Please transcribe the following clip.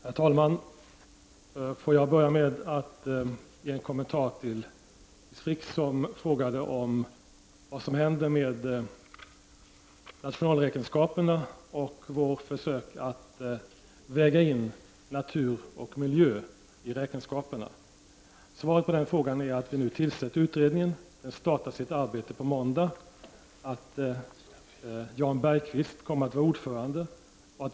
Herr talman! Får jag börja med att ge en kommentar till Carl Frick som frågade vad som händer med nationalräkenskaperna och vårt försök att väga in natur och miljö i räkenskaperna. Svaret på denna fråga är att vi nu har tillsatt utredningen. Den startar sitt arbete på måndag. Jan Bergqvist kommer att vara ordförande.